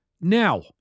Now